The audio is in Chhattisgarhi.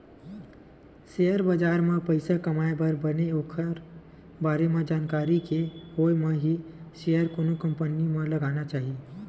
सेयर बजार म पइसा कमाए बर बने ओखर बारे म जानकारी के होय म ही सेयर कोनो कंपनी म लगाना चाही